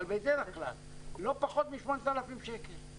אבל בדרך כלל לא פחות מ-8,000 שקל,